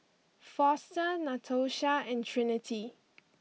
Foster Natosha and Trinity